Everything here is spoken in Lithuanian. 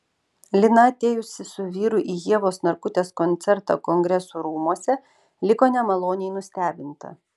lina atėjusi su vyru į ievos narkutės koncertą kongresų rūmuose liko nemaloniai nustebinta